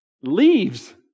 leaves